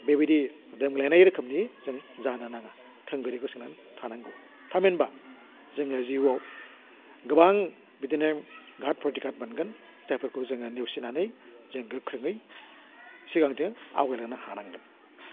बेबायदि देमग्लायनाय रोखोमनि जों जानो नाङा थोंगोरै गंसंना थानांगौ थामहिनबा जोङो जिउआव गोबां बिदिनो गाद प्रतिघाद मोनगोन जायफोरखौ जोङो नेवसिनानै जों गोख्रोङै सिगांथिं आवगायलांनो हानांगोन